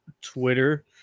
Twitter